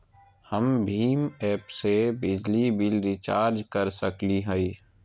हम भीम ऐप से बिजली बिल रिचार्ज कर सकली हई?